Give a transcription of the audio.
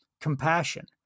compassion